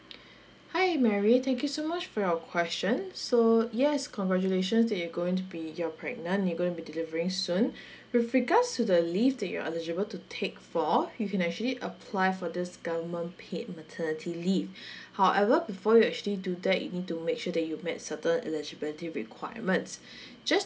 hi mary thank you so much for your questions so yes congratulations that you're going to be you're pregnant you're gonna be delivering soon with regards to the leave that you're eligible to take for you can actually apply for this government paid maternity leave however before you actually do that you need to make sure that you met certain eligibility requirements just